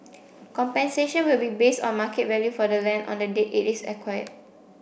compensation will be based on market value for the land on the date it is acquired